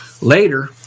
Later